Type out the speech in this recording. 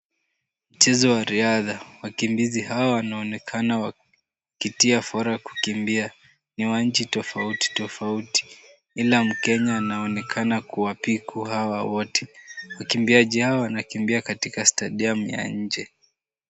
Mchezo wa riadha. wakimbizi hawa wanaonekana wakitia fora kukimbia. Ni wa nchi tofauti tofauti, ila mkenya anaonekana kuwa piku hawa wote. Wakimbiaji hawa wanakimbia katika stadium ya nje.